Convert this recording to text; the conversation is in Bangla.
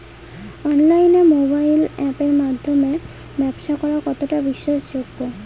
অনলাইনে মোবাইল আপের মাধ্যমে ব্যাবসা করা কতটা বিশ্বাসযোগ্য?